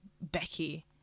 Becky